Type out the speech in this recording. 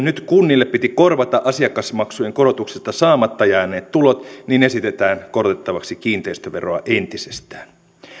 nyt kunnille piti korvata asiakasmaksujen korotuksesta saamatta jääneet tulot niin esitetään korotettavaksi kiinteistöveroa entisestään